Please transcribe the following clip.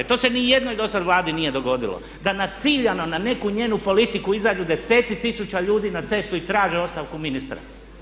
To se ni jednoj do sada Vladi nije dogodilo da na ciljano na neku njenu politiku izađu desetci tisuća ljudi na cestu i traže ostavku ministra.